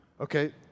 Okay